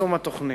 ליישום התוכנית.